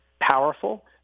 powerful